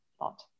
lot